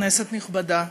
כנסת נכבדה,